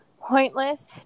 pointless